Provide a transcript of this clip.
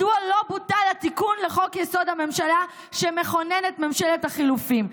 מדוע לא בוטל התיקון לחוק-יסוד: הממשלה שמכונן את ממשלת החילופין.